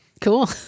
Cool